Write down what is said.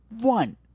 one